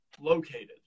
located